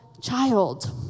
child